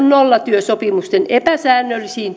nollatyösopimusten epäsäännöllisiin